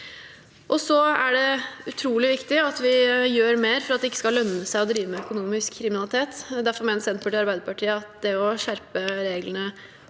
Det er utrolig viktig at vi gjør mer for at det ikke skal lønne seg å drive med økonomisk kriminalitet. Derfor mener Senterpartiet og Arbeiderpartiet at det å skjerpe reglene